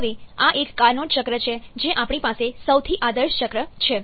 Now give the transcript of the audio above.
હવે આ એક કાર્નોટ ચક્ર છે જે આપણી પાસે સૌથી આદર્શ ચક્ર છે